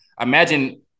Imagine